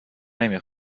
نمی